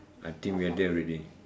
I think we are there already